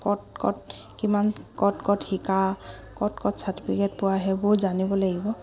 ক'ত ক'ত কিমান ক'ত ক'ত শিকা ক'ত ক'ত চাৰ্টিফিকেট পোৱা সেইবোৰো জানিব লাগিব